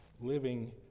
living